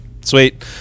sweet